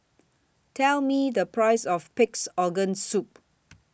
Tell Me The Price of Pig'S Organ Soup